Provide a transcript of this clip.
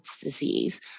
disease